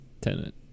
tenant